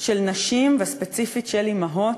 של נשים, וספציפית של אימהות,